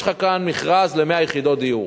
יש לך כאן מכרז ל-100 יחידות דיור.